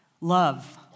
love